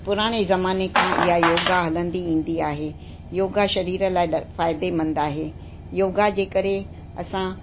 पुराणे ज़माने खां ईअं योगा हलंदी ईंदी आहे योगा शरीर लाइ ड फ़ाइदे मंद आहे योगा जे करे असां